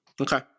Okay